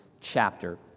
chapter